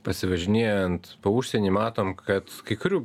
pasivažinėjant po užsienį matom kad kai kurių